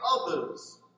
others